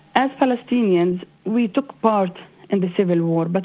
as palestinians, we took part in the civil war, but